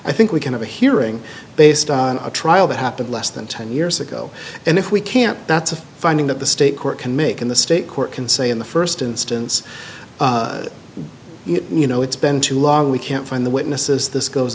i think we can have a hearing based on a trial that happened less than ten years ago and if we can't that's a finding that the state court can make in the state court can say in the first instance you know it's been too long we can't find the witnesses this goes